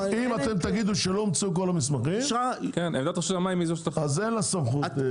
אם תגידו שלא הומצאו כל המסמכים - אז אין לה סמכות.